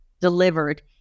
delivered